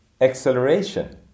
acceleration